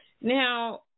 Now